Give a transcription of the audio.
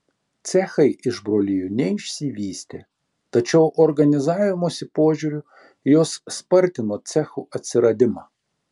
cechai iš brolijų neišsivystė tačiau organizavimosi požiūriu jos spartino cechų atsiradimą